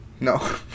No